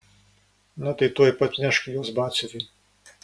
na tai tuoj pat nešk juos batsiuviui